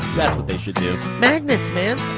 that's what they should do. magnets man.